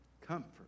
Comfort